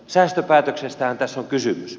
säästöpäätöksestähän tässä on kysymys